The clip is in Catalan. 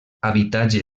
habitatge